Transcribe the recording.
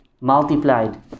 multiplied